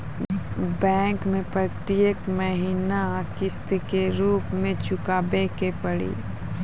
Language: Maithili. बैंक मैं प्रेतियेक महीना किस्तो के रूप मे चुकाबै के पड़ी?